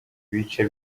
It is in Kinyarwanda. bice